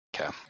Okay